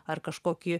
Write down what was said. ar kažkokį